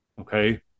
Okay